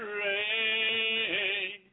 rain